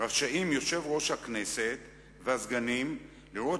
רשאים יושב-ראש הכנסת והסגנים לראות